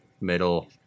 middle